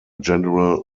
general